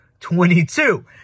22